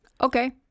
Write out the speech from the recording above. Okay